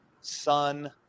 son